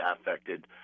affected